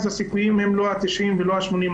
אז הסיכויים הם לא 90% ולא 80%,